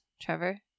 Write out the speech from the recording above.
Trevor